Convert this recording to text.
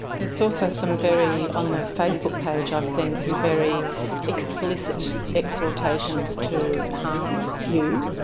there's also some very, on the facebook page i've seen some very explicit exhortations to harm you